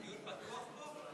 הדיון פתוח פה?